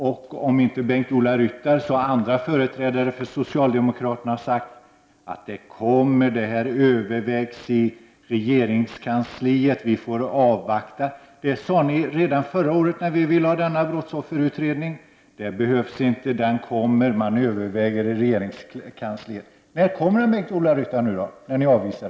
Om det inte varit Bengt-Ola Ryttar, så har andra företrädare för socialdemokraterna sagt att den kommer. Detta övervägs i regeringskansliet. Vi får avvakta. Det sade ni redan förra året när vi ville ha denna brottsofferutredning: det behövs inte, den kommer, man överväger i regeringskansliet. När kommer den, Bengt-Ola Ryttar, om ni nu avvisar vårt krav igen?